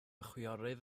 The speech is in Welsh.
chwiorydd